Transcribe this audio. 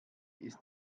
ist